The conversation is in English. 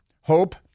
hope